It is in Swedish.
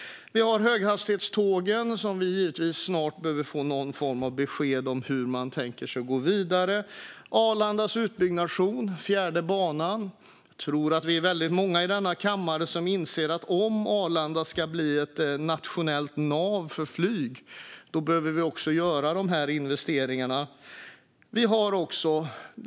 Snart behöver vi få någon form av besked om hur man tänker sig gå vidare med höghastighetstågen. Sedan är det Arlandas utbyggnad, den fjärde banan. Jag tror att vi är många i denna kammare som inser att om Arlanda ska bli ett nationellt nav för flyg behöver vi också göra dessa investeringar.